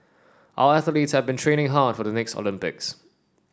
our athletes have been training hard for the next Olympics